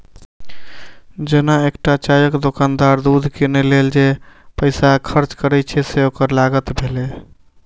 जेना एकटा चायक दोकानदार दूध कीनै लेल जे पैसा खर्च करै छै, से ओकर लागत भेलै